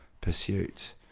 pursuits